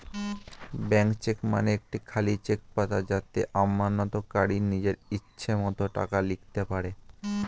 blank cheque মানে একটি খালি চেক পাতা যাতে আমানতকারী নিজের ইচ্ছে মতো টাকা লিখতে পারে